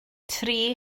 tri